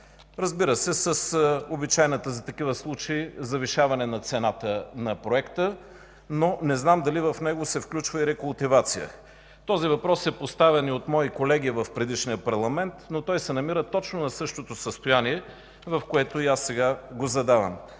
разбира се, с обичайното за такива случаи завишаване цената на проекта. Не знам дали в него се включва и рекултивация. Този въпрос е поставян и от мои колеги и в предишния парламент, но той се намира точно в същото състояние, в което и аз сега го задавам.